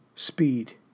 speed